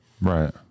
Right